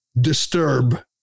disturb